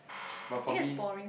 but for me